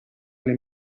alle